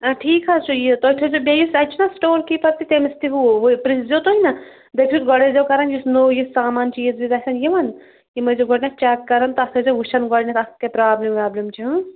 آ ٹھیٖک حظ چھُ یہِ تُہۍ تھٲیِزیٚو بیٚیہِ یُس اَتہِ چھُنا سِٹون کیٖپَر تہِ تٔمِس تہِ ہُہ پرٛژھ زیٚو تُہۍ نا بیٚیہِ چھُ گۄڈٕ ٲسۍ زیو کَران یُس نوٚو یہِ سامان چیٖز یہِ گژھٮ۪ن یِوَان یِم ٲسۍ زیو گۄڈنٮ۪تھ چیٚک کَرَان تَتھ ٲسۍ زیو وٕچھَان گۄڈنٮ۪تھ اَتھ کیٛاہ پرٛابلِم وابلِم چھِ ہنٛز